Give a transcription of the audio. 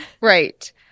Right